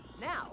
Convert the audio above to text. Now